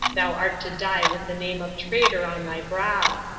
thou art to die with the name of traitor on thy brow!